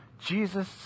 Jesus